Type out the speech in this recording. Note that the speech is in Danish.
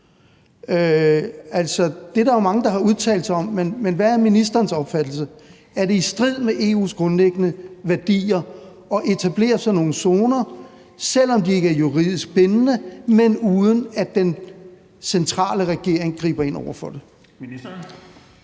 Det er der jo mange der har udtalt sig om, men hvad er ministerens opfattelse? Er det i strid med EU's grundlæggende værdier at etablere sådan nogle zoner, selv om de ikke er juridisk bindende, men uden at den centrale regering griber ind over for det?